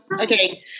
okay